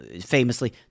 famously